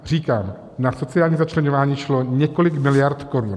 Říkám, na sociální začleňování šlo několik miliard korun.